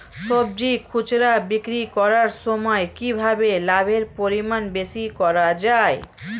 সবজি খুচরা বিক্রি করার সময় কিভাবে লাভের পরিমাণ বেশি করা যায়?